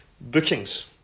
bookings